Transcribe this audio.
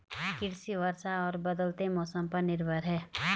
कृषि वर्षा और बदलते मौसम पर निर्भर है